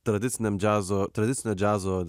tradiciniam džiazo tradicinio džiazo